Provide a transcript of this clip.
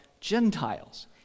Gentiles